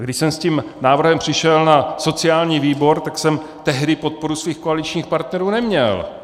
Když jsem s tím návrhem přišel na sociální výbor, tak jsem tehdy podporu svých koaličních partnerů neměl.